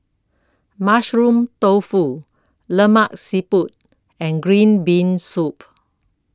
Mushroom Tofu Lemak Siput and Green Bean Soup